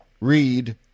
read